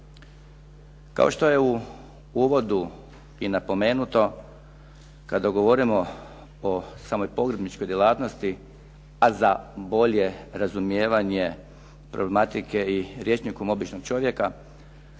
Kao što je u uvodu i napomenuto, kada govorimo o samoj pogrebničkoj djelatnosti, a za bolje razumijevanje problematike i rječnikom običnog čovjeka,